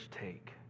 take